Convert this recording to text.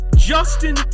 Justin